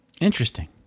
Interesting